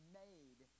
made